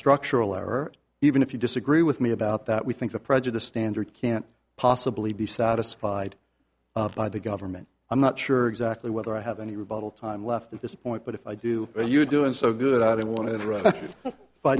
structural or even if you disagree with me about that we think the prejudice standard can't possibly be satisfied by the government i'm not sure exactly whether i have any rebuttal time left at this point but if i do are you doing so good i don't want to